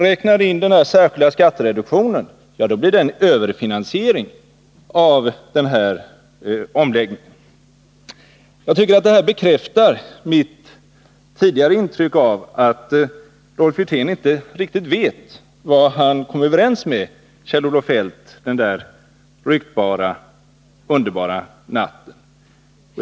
Räknar man in den särskilda skattereduktionen, blir resultatet av omläggningen en överfinansiering. Jag tycker att detta bekräftar mitt tidigare intryck av att Rolf Wirtén inte riktigt vet vad han kom överens med Kjell-Olof Feldt om den där ryktbara, underbara natten.